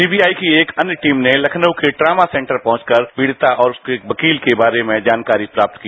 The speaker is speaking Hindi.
सीबीआई की एक अन्य टीम ने लखनऊ के ट्रॉमा सेन्टर पहुंचकर पीडिता और उसके वकील के बारे में जानकारी प्राप्त की